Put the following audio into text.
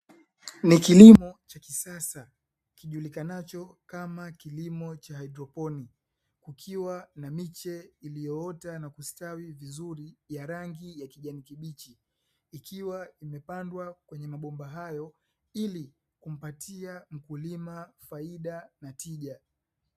Ni kilimo cha kisasa kijulikanacho kama kilimo cha hydroponi, kukiwa na miche iliyoota na kustawi vizuri ya rangi ya kijani kibichi ikiwa imepandwa kwenye mabomba hayo ili kumpatia mkulima faida na tija.